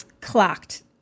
clocked